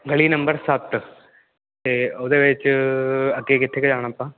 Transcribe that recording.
ਗਲੀ ਨੰਬਰ ਸੱਤ 'ਤੇ ਉਹਦੇ ਵਿੱਚ ਅੱਗੇ ਕਿੱਥੇ ਕੁ ਜਾਣਾ ਆਪਾਂ